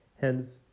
Hence